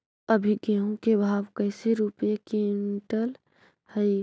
अभी गेहूं के भाव कैसे रूपये क्विंटल हई?